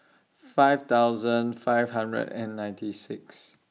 five thousand five hundred and ninety six